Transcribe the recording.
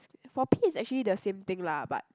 for pee is actually the same thing lah but